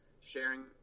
sharing